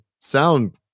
sound